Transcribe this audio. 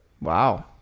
Wow